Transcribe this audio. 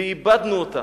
ואיבדנו אותה.